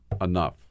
enough